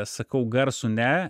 sakau garsų ne